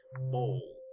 bowl